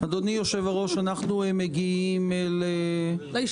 הממשלה על-מנת לעמוד בהבטחות שלכם אנשי הליכוד,